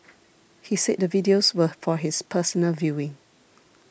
he said the videos were for his personal viewing